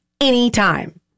anytime